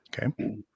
Okay